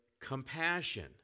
compassion